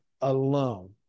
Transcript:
alone